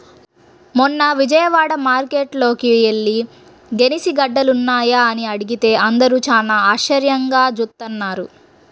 మొన్న విజయవాడ మార్కేట్టుకి యెల్లి గెనిసిగెడ్డలున్నాయా అని అడిగితే అందరూ చానా ఆశ్చర్యంగా జూత్తన్నారు